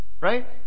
right